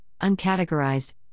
Uncategorized